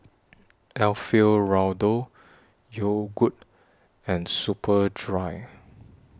Alfio Raldo Yogood and Superdry